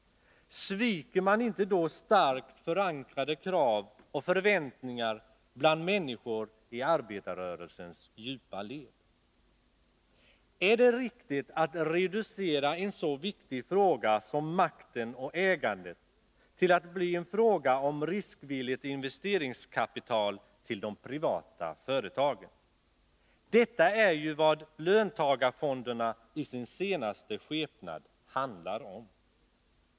Sviker man då inte starkt förankrade krav och förväntningar bland människor i arbetarrörelsens djupa led? Är det riktigt att reducera en så viktig fråga som makten och ägandet till att bli en fråga om riskvilligt investeringskapital till de privata företagen? Detta är ju vad löntagarfonderna i sin senaste skepnad handlar om.